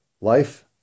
Life